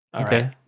Okay